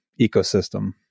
ecosystem